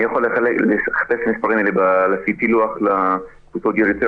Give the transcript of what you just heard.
אני יכול לחלק את המספרים האלה לפי פילוח לקבוצות גיל יותר